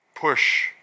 push